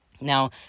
Now